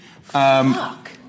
Fuck